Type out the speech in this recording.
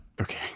Okay